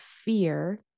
fear